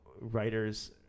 writers